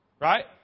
Right